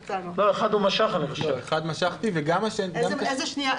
אני עכשיו שואל אותך שאלה אחרת - כי פה הבנתי שהם לא מקבלים.